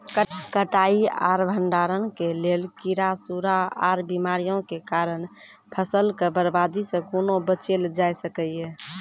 कटाई आर भंडारण के लेल कीड़ा, सूड़ा आर बीमारियों के कारण फसलक बर्बादी सॅ कूना बचेल जाय सकै ये?